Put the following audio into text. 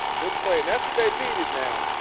good play. that's what they needed now.